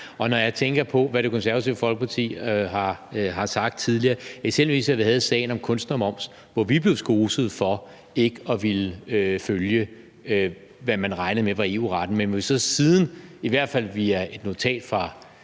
mening. Jeg tænker så på, hvad Det Konservative Folkeparti har sagt tidligere, eksempelvis da vi havde sagen om kunstnermoms, hvor vi blev skoset for ikke at ville følge, hvad man regnede med var EU-retten, men hvor vi så siden, i hvert fald via et notat fra